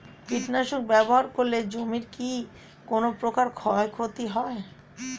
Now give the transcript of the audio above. কীটনাশক ব্যাবহার করলে জমির কী কোন প্রকার ক্ষয় ক্ষতি হয়?